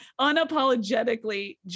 unapologetically